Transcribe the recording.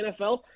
NFL